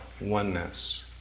oneness